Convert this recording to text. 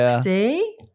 See